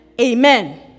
Amen